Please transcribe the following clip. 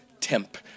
temp